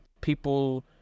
people